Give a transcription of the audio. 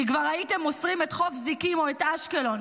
כי כבר הייתם מוסרים את חוף זיקים או את אשקלון.